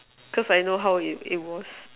cause I know how it was